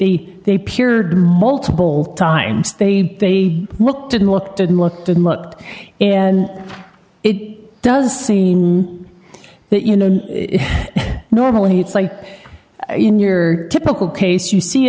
be they peered multiple times they they looked and looked and looked and looked and it does seem that you know normally it's like in your typical case you see